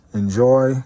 enjoy